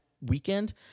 weekend